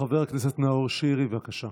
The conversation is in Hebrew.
חבר הכנסת נאור שירי, בבקשה.